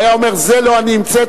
הוא היה אומר: זה לא אני המצאתי,